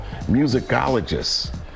musicologists